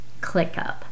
ClickUp